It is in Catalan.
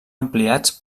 ampliats